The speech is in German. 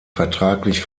vertraglich